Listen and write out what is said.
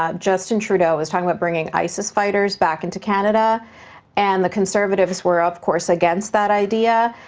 ah justin trudeau was talking about bringing isis fighters back into canada and the conservatives we're, of course, against that idea,